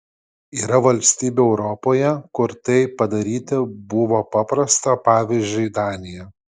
yra valstybių europoje kur tai padaryti buvo paprasta pavyzdžiui danija